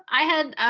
i had,